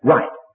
Right